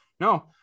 no